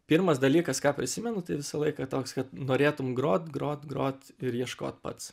pirmas dalykas ką prisimenu tai visą laiką toks kad norėtum grot grot grot ir ieškot pats